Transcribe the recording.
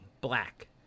black